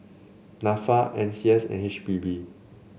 NAFA N C S and H P B